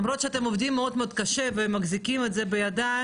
למרות שאתם עובדים מאוד מאוד קשה ומחזיקים את זה בידיים,